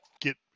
get